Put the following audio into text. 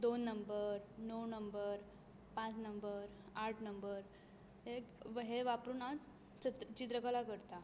दोन नंबर णव नंबर पांच नंबर आठ नंबर हे वापरून हांव चित्रकला करतां